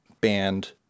band